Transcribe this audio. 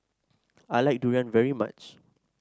I like Durian very much